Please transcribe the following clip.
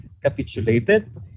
capitulated